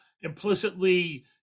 Implicitly